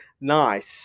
nice